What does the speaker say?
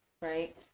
right